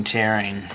Tearing